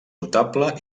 notable